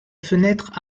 fenêtres